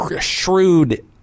shrewd